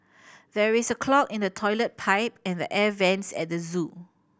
there is a clog in the toilet pipe and the air vents at the zoo